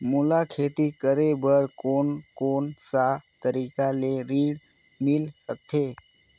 मोला खेती करे बर कोन कोन सा तरीका ले ऋण मिल सकथे?